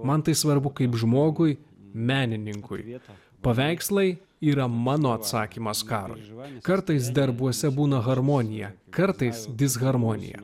man tai svarbu kaip žmogui menininkui vieta paveikslai yra mano atsakymas karui žvakė kartais darbuose būna harmonija kartais disharmonija